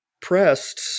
pressed